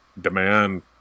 demand